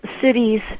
cities